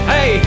Hey